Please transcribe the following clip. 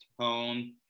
tone